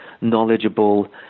knowledgeable